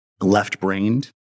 left-brained